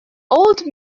old